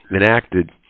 enacted